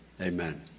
Amen